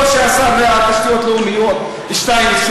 או שר התשתיות הלאומיות שטייניץ,